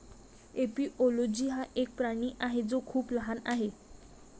एपिओलोजी हा एक प्राणी आहे जो खूप लहान आहे